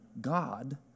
God